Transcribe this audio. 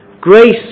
Grace